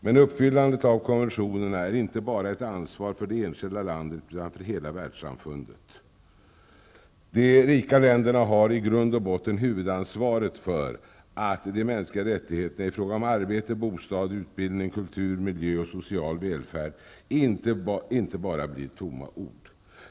Men uppfyllandet av konventionerna är inte bara ett ansvar för det enskilda landet utan för hela världssamfundet. De rika länderna har i grund och botten huvudansvaret för att de mänskliga rättigheterna i fråga om arbete, bostad, utbildning, kultur, miljö och social välfärd inte bara blir tomma ord.